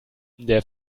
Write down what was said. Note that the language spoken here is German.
der